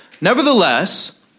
Nevertheless